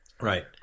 Right